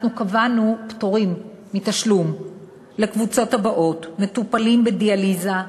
אנחנו קבענו פטורים מתשלום לקבוצות הבאות: מטופלים בדיאליזה,